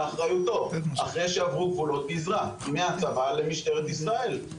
אחריותו אחרי שעברו גבולות גזרה מהצבא למשטרת ישראל.